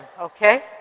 okay